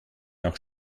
nach